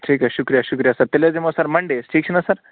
ٹھیٖک حظ شُکریہ شُکریہ سَر تیٚلہِ حظ یِمو سَر مَنڈے أسۍ ٹھیٖک چھِنہ سَر